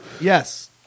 Yes